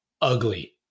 ugly